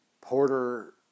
Porter